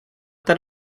that